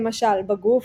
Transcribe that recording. למשל בגוף,